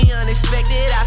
unexpected